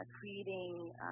creating